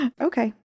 Okay